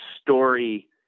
story